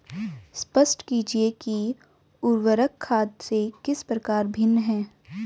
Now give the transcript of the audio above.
स्पष्ट कीजिए कि उर्वरक खाद से किस प्रकार भिन्न है?